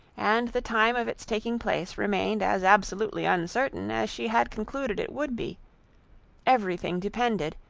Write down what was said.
and the time of its taking place remained as absolutely uncertain, as she had concluded it would be every thing depended,